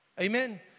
Amen